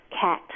cat